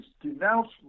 denounced